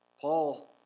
Paul